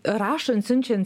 rašant siunčiant